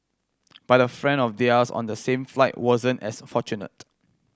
but a friend of theirs on the same flight wasn't as fortunate